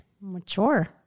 mature